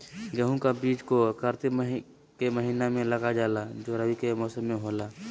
गेहूं का बीज को कार्तिक के महीना में लगा जाला जो रवि के मौसम में होला